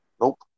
Nope